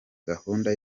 gahunda